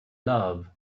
love